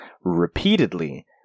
repeatedly